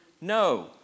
No